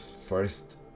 First